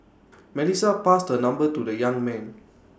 Melissa passed her number to the young man